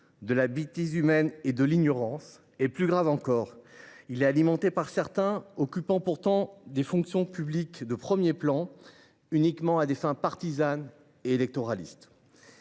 de la bêtise humaine et de l’ignorance. Plus grave encore, il est alimenté par certains, qui occupent pourtant des fonctions publiques de premier plan, uniquement à des fins partisanes et électoralistes.